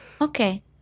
Okay